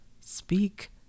Speak